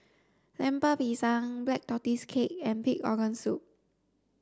Lemper Pisang black tortoise cake and pig organ soup